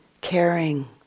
caring